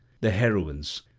the heroines,